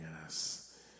Yes